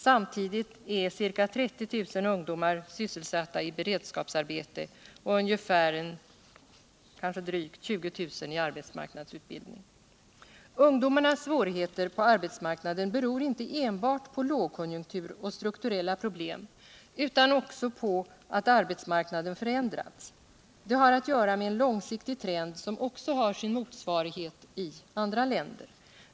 Samtidigt är ca 30 000 ungdomar sysselsatta i beredskapsarbete och kanske drygt 20 000 i arbetsmarknadsutbildning. Ungdomarnas svårigheter på arbetsmarknaden beror inte enbart på lågkonjunktur och strukturella problem utan också på att arbetsmarknaden förändrats. Det har att göra med en långsiktig trend som också har sin motsvarighet I andra tänder.